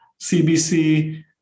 CBC